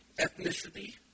ethnicity